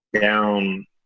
down